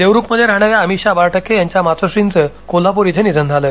देवरूखमध्ये राहणाऱ्या अभिषा बारटक्के यांच्या मातोश्रींचं कोल्हाप्र इथं निधन झालं